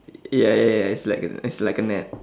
ya ya ya it's like a it's like a net